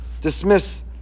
dismiss